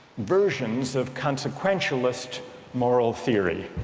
versions of consequentialist moral theory